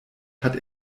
hat